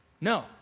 No